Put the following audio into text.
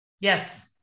Yes